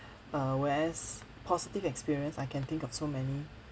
uh whereas positive experience I can think of so many